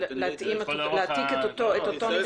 להעתיק את אותו ניסוח.